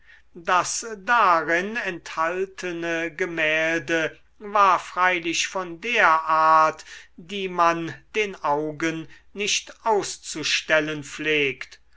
das darin enthaltene gemälde war freilich von der art die man den augen nicht auszustellen pflegt